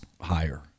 higher